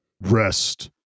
Rest